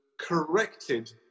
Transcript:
corrected